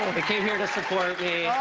they came here to support me.